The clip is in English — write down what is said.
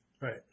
right